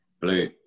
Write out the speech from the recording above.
Blue